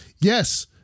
Yes